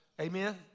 amen